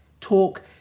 Talk